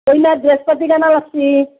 কইনাৰ ড্ৰেছ পাতি কেনে লাগছি